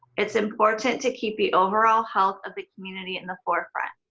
it's important to keep the overall health of the community in the forefront.